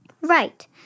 Right